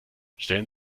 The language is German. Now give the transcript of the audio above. stellen